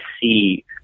see